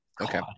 Okay